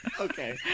Okay